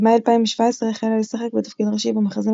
במאי 2017 החלה לשחק בתפקיד ראשי במחזמר